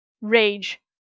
rage